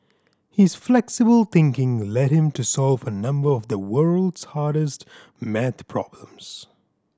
his flexible thinking led him to solve a number of the world's hardest maths problems